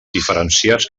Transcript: diferenciats